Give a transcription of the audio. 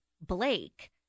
Blake